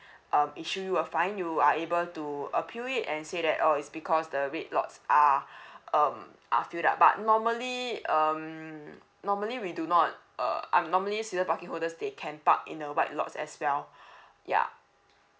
um actually fine you are able to appeal it and say that oh is because the red lots are um are filled up but normally um normally we do not uh our normally season parking holders they can park in a white lots as well ya